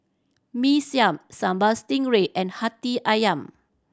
Mee Siam Sambal Stingray and Hati Ayam